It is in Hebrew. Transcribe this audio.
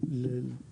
באמת להיות